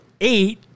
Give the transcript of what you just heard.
eight